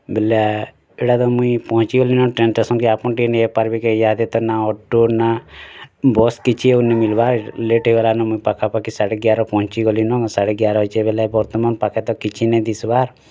ବେଲେ ଏଇଟା ତ ମୁଇଁ ପହଞ୍ଚି ଗଲିନ୍ ଟ୍ରେନ୍ ଷ୍ଟେସନ୍କେ ଆପନ୍ ଟିକେ ନେଇ ପାରିବେ କି ଇହା ଦେ ତନ ଅଟୋ ନା ବସ୍ କିଛି ଆଉ ନ ମିଲ୍ବାର୍ ଲେଟ୍ ହୋଇଗଲାନ ମୁଇଁ ପାଖାପାଖି ସାଢ଼େ ଗ୍ୟାରା ପହଞ୍ଚିଗଲିନ ସାଢ଼େ ଗ୍ୟାରା ହଉଛେ ବୋଲେ ବର୍ତ୍ତମାନ୍ ପାଖେ ତ କିଛି ନାଇଁ ଦିଶ୍ବାର୍